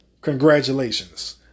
Congratulations